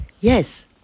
yes